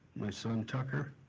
my son tucker,